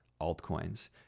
altcoins